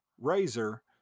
razor